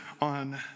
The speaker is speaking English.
on